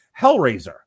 Hellraiser